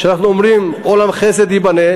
כשאנחנו אומרים "עולם חסד ייבנה",